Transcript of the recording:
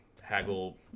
Haggle